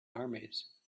armies